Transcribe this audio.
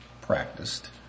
practiced